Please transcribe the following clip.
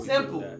Simple